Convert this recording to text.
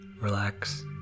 relax